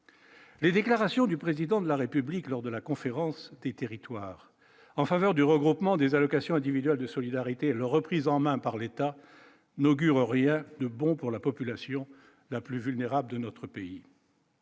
Les déclarations du président de la République lors de la conférence des territoires en faveur du regroupement des allocations individuelles de solidarité le reprise en main par l'État n'augure rien de bon pour la population la plus vulnérable de notre pays.